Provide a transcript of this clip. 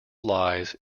lies